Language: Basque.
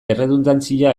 erredundantzia